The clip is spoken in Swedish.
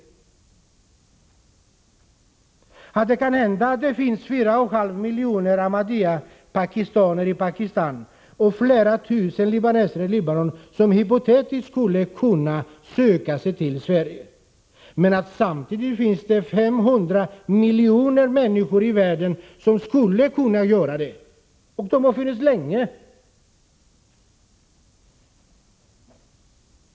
Det kan hända att det finns 4,5 miljoner ahmadiapakistanare i Pakistan och flera tusen libaneser i Libanon som hypotetiskt skulle kunna söka sig till Sverige, men samtidigt finns det 500 miljoner människor i världen som skulle kunna göra det — och de har funnits länge.